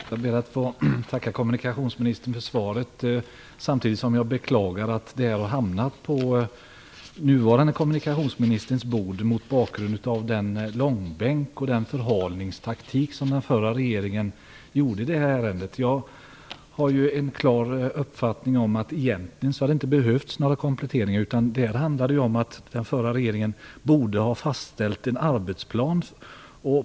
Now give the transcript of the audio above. Fru talman! Jag ber att få tacka kommunikationsministern för svaret samtidigt som jag beklagar att detta har hamnat på den nuvarande kommunikationsministerns bord mot bakgrund av den långbänk och den förhalningstaktik som den förra regeringen använt sig av i det här ärendet. Min uppfattning är att det egentligen inte hade behövts några kompletteringar. Den förra regeringen borde ha fastställt en arbetsplan.